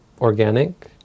organic